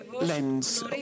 lens